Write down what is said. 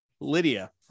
lydia